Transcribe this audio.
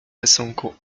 rysunku